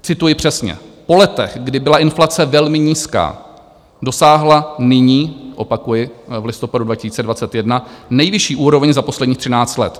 Cituji přesně: Po letech, kdy byla inflace velmi nízká, dosáhla nyní opakuji, v listopadu 2021 nejvyšší úroveň za posledních 13 let.